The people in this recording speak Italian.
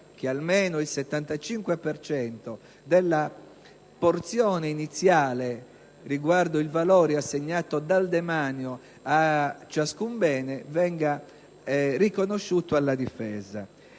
che almeno il 75 per cento della porzione iniziale riguardo al valore assegnato dal demanio a ciascun bene venga riconosciuto alla Difesa.